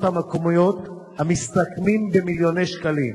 המקומיות תשלומי ארנונה המסתכמים במיליוני שקלים.